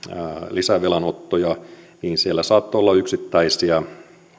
lisävelanottoja niin siellä saattoi olla yksittäisiä